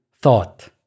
thought